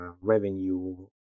revenue